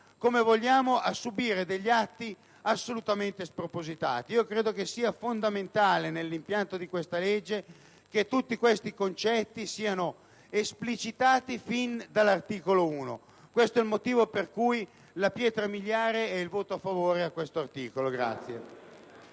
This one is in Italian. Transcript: come vogliamo - a subire degli atti assolutamente spropositati. Ritengo che sia fondamentale nell'impianto della legge che tutti questi concetti siano esplicitati già nell'articolo 1. Questo è il motivo per cui la pietra miliare è il voto a favore dell'articolo in